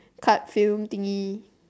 card film thingy